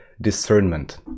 discernment